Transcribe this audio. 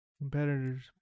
competitors